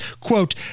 quote